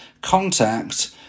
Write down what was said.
contact